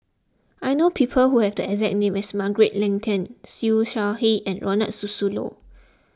I know people who have the exact name as Margaret Leng Tan Siew Shaw Her and Ronald Susilo